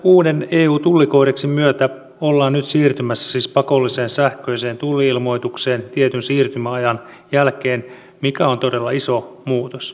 uuden eu tullikoodeksin myötä ollaan nyt siis siirtymässä pakolliseen sähköiseen tulli ilmoitukseen tietyn siirtymäajan jälkeen mikä on todella iso muutos